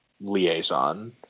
liaison